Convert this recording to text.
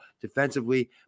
defensively